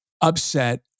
upset